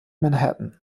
manhattan